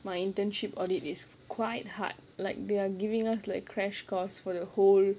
my internship audit is quite hard like they're giving us like crash course for the whole